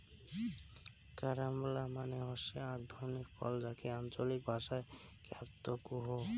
carambola মানে হসে আক ধরণের ফল যাকে আঞ্চলিক ভাষায় ক্রাঞ্চ কুহ